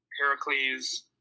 Heracles